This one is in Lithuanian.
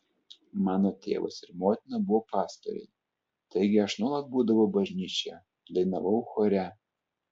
mano tėvas ir motina buvo pastoriai taigi aš nuolat būdavau bažnyčioje dainavau chore